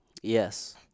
Yes